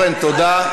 אל תתחיל